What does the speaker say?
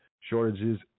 Shortages